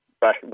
back